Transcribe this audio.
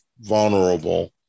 vulnerable